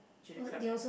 chili crab